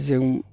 जों